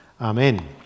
Amen